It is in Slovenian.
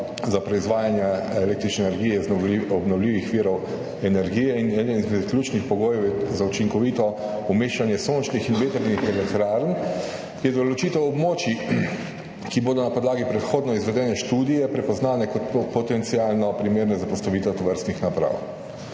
za proizvajanje električne energije iz obnovljivih virov energije in eden izmed ključnih pogojev za učinkovito umeščanje sončnih in vetrnih elektrarn je določitev območij, ki bodo na podlagi predhodno izvedene študije prepoznane kot potencialno primerne za postavitev tovrstnih naprav.